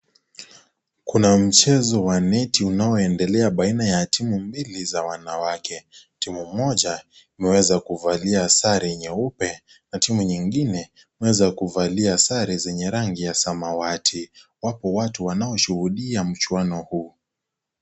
Kuna mchezo wa neti unao endelea baina ya timu mbili ya wamawake timu mmoja imeweza kuvalia sare nyeupe na timu nyingine imeweza kuvalia sare zenye rangi ya samawati wapi watu wanaoshuhudia mchuano huu.